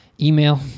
Email